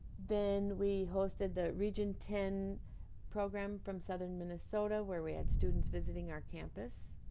then we hosted the region ten program from southern minnesota where we had students visiting our campus